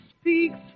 speaks